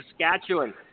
Saskatchewan